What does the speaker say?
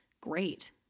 great